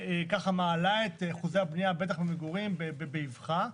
ומעלה את אחוזי הבנייה, בטח למגורים, באבחה.